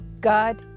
God